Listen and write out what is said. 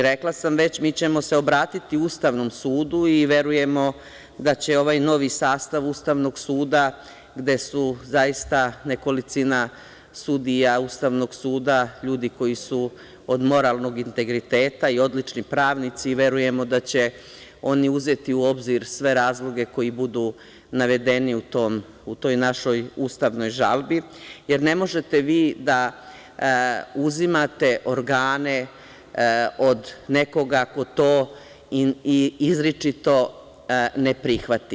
Rekla sam već, mi ćemo se obratiti Ustavnom sudu i verujemo da će ovaj novi sastav Ustavnog suda, gde su zaista nekolicina sudija Ustavnog suda ljudi koji su od moralnog integriteta i odlični pravnici i verujemo da će oni uzeti u obzir sve razloge koji budu navedeni u toj našoj ustavnoj žalbi, jer ne možete vi da uzimate organe od nekoga ko to izričito ne prihvati.